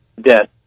death